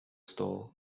store